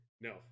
No